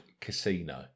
Casino